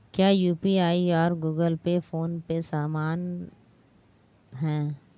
क्या यू.पी.आई और Google Pay PhonePe समान हैं?